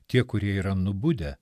tie kurie yra nubudę